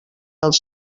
els